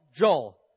Joel